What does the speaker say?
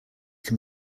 can